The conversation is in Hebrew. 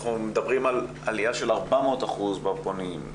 אנחנו מדברים על עלייה של 400% בפונים,